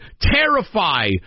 terrify